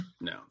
No